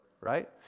right